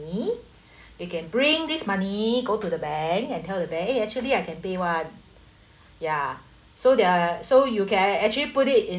you can bring this money go to the bank and tell the bank eh actually I can pay one ya so there so you can actually put it in